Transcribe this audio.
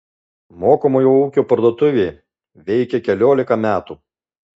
mokomojo ūkio parduotuvė veikia keliolika metų